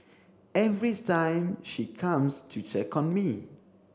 every time she comes to check on me